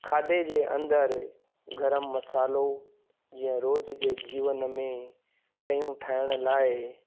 खाधे जे अंदरि गरम मसालो जीअं रोज़ जे जीवन में शयूं ठाइण लाइ